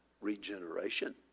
Regeneration